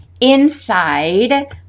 inside